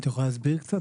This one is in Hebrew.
את יכולה להסביר קצת?